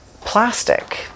plastic